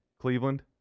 Cleveland